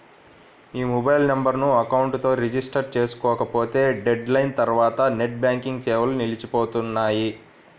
మీ mobile నెంబర్ను account తో register చేసుకోకపోతే డెడ్ లైన్ తర్వాత నెట్ బ్యాంకింగ్ సేవలు నిలిచిపోనున్నాయి